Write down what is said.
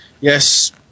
Yes